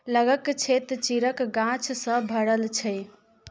लगके क्षेत्र चीड़के गाछसँ भरल छै